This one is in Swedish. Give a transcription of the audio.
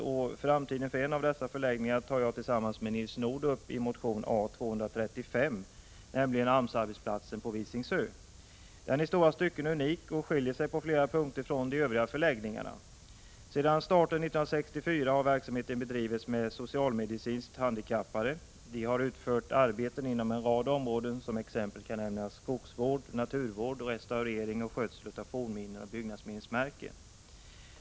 Tillsammans med Nils Nordh tar jag i motion A235 upp frågan om framtiden för en av dessa förläggningar, nämligen AMS-arbetsplatsen på Visingsö. Den är i stora stycken unik och skiljer sig på flera punkter från de övriga förläggningarna. Sedan starten av verksamheten 1964 har socialmedicinskt handikappade här utfört arbeten inom en rad områden, t.ex. skogsvård, naturvård, restaurering och skötsel av fornminnen och byggnadsminnesmärken.